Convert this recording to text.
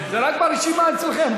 זה רק ברשימה אצלכם.